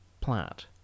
Platt